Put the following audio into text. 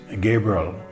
Gabriel